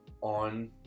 on